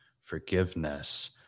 forgiveness